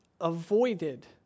avoided